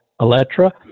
Electra